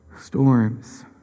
storms